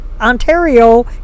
Ontario